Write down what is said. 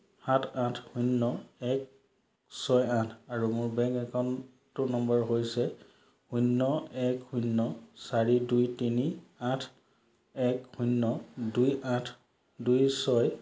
সাত আঠ শূন্য এক ছয় আঠ আৰু মোৰ বেংক একাউণ্টটোৰ নম্বৰ হৈছে শূন্য এক শূন্য চাৰি দুই তিনি আঠ এক শূন্য দুই আঠ দুই ছয়